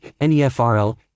NEFRL